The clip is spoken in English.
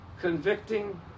convicting